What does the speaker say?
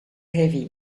heavy